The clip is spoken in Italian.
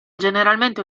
generalmente